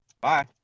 Bye